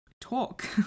talk